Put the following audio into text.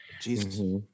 Jesus